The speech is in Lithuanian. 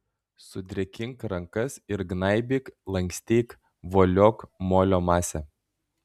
sudrėkink rankas ir gnaibyk lankstyk voliok molio masę